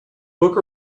book